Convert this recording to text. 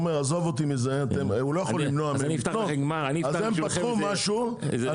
הסופר לא יכול למנוע מהם לקנות אז הם פתחו משהו על